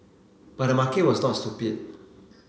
but the market was not stupid